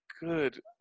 Good